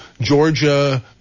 Georgia